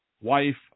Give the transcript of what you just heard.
Wife